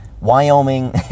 wyoming